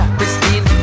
Christine